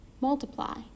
multiply